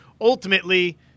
ultimately